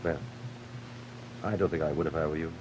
but i don't think i would if i were you